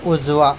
उजवा